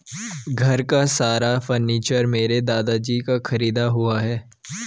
घर का सारा फर्नीचर मेरे दादाजी का खरीदा हुआ है